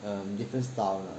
um different style lah